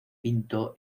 pinto